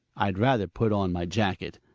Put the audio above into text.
i'd rather put on my jacket.